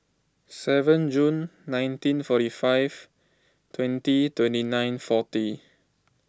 seven June nineteen forty five twenty twenty nine forty